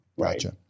Gotcha